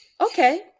okay